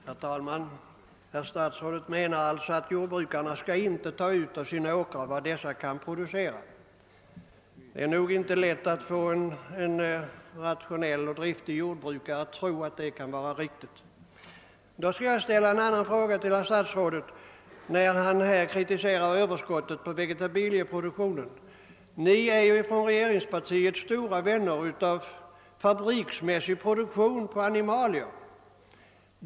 Herr talman! Statsrådet menar alltså att jordbrukarna inte skall ta ut av sina åkrar vad de kan producera. Det är sä kert inte lätt att få en rationell och driftig jordbrukare att inse att det kan vara riktigt! När jordbruksministern här kritiserar överskottet i vegetabilieproduktionen vill jag ställa en annan fråga till honom. I regeringspartiet är ni ju stora vänner av fabriksmässig produktion av animalier.